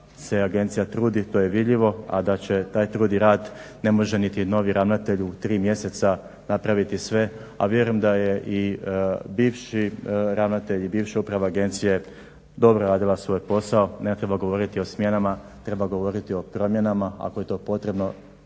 A vjerujem da je i bivši ravnatelj i bivša uprava agencije dobro radila svoj posao. Ne treba govoriti o smjenama treba govoriti o promjenama, ako je to potrebno